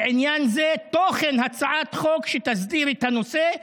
לעניין זה תוכן הצעת חוק שתסדיר את הנושא,